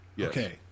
okay